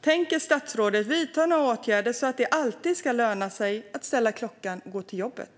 Tänker statsrådet vidta några åtgärder för att det alltid ska löna sig att ställa klockan och gå till jobbet?